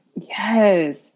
Yes